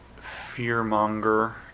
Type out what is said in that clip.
fear-monger